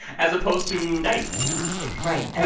as opposed to night right, as